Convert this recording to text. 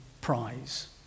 prize